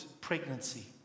pregnancy